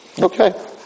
Okay